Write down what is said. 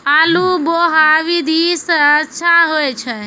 आलु बोहा विधि सै अच्छा होय छै?